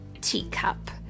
Teacup